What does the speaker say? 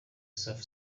safa